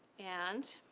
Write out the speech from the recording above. and